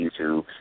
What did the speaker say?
YouTube